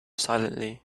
silently